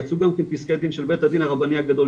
יצאו גם פסקי דין של בית הדין הרבני הגדול,